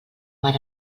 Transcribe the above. mar